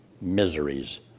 miseries